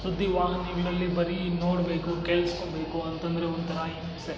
ಸುದ್ದಿವಾಹಿನಿಗಳಲ್ಲಿ ಬರೀ ನೋಡಬೇಕು ಕೇಳಿಸ್ಕೋಬೇಕು ಅಂತಂದರೆ ಒಂಥರ ಹಿಂಸೆ